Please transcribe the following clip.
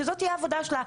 שזאת תהיה העבודה שלה.